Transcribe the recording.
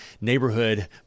neighborhood